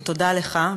ותודה לך,